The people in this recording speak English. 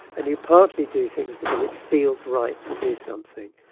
and you partly do things because it feels right to do something.